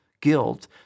guilt